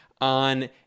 on